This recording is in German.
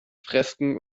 fresken